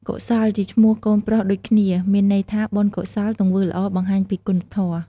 កុសលជាឈ្មោះកូនប្រុសដូចគ្នា មានន័យថាបុណ្យកុសល ទង្វើល្អ បង្ហាញពីគុណធម៌។